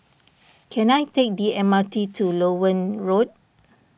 can I take the M R T to Loewen Road